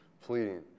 pleading